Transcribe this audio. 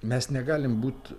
mes negalim būt